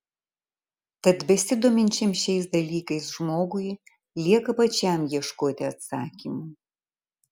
tad besidominčiam šiais dalykais žmogui lieka pačiam ieškoti atsakymų